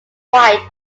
white